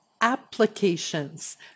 applications